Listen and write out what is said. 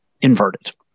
inverted